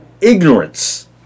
ignorance